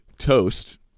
Toast